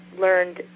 learned